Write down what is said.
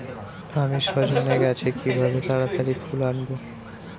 আমি সজনে গাছে কিভাবে তাড়াতাড়ি ফুল আনব?